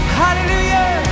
hallelujah